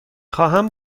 خواهم